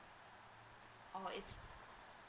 or it's